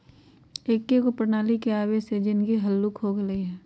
एकेगो प्रणाली के आबे से जीनगी हल्लुक हो गेल हइ